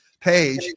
page